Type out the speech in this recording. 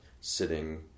sitting